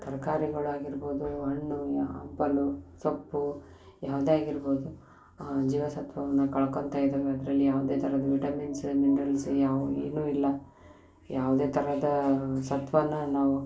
ತರಕಾರಿಗಳಾಗಿರ್ಬೋದು ಹಣ್ಣು ಹಂಪಲು ಸೊಪ್ಪು ಯಾವುದೇ ಆಗಿರ್ಬೋದು ಜೀವಸತ್ವವನ್ನು ಕಳ್ಕೊಳ್ತಾ ಇದ್ದಾವೆ ಅದ್ರಲ್ಲಿ ಯಾವುದೇ ಥರದ್ದು ವಿಟಮಿನ್ಸು ಮಿನರಲ್ಸು ಯಾವೂ ಏನೂ ಇಲ್ಲ ಯಾವುದೇ ಥರದ ಸತ್ವಾನ ನಾವು